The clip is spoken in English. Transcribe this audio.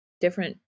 different